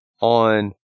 on